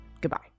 Goodbye